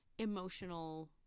emotional